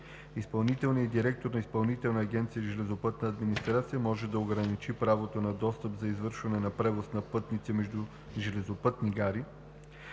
Изпълнителният директор на Изпълнителна агенция „Железопътна администрация“ може да ограничи правото на достъп за извършване на превоз на пътници между железопътни гари,